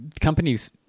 companies